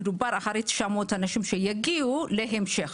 אחרי 900 אנשים שיגיעו להמשך,